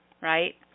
right